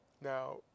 Now